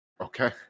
Okay